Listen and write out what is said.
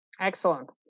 Excellent